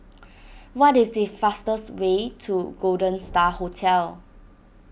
what is the fastest way to Golden Star Hotel